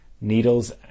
needles